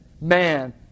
man